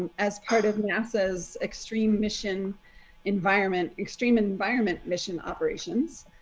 as part of nasa's extreme mission environment, extreme environment, mission operations.